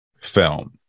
film